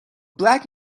black